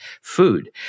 food